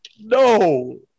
No